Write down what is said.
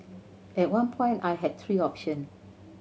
at one point I had three option